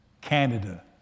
Canada